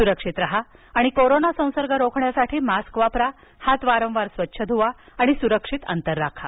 सुरक्षित राहा आणि कोरोना संसर्ग रोखण्यासाठी मास्क वापरा हात वारंवार स्वच्छ धुवा सुरक्षित अंतर ठेवा